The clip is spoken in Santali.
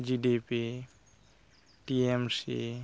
GDP T M C